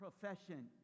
profession